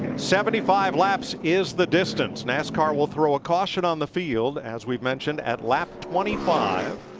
seventy five laps is the distance. nascar will throw a caution on the field as we've mentioned at lap twenty five.